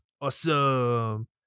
awesome